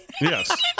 Yes